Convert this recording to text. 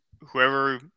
whoever